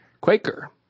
Quaker